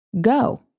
go